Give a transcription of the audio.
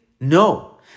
No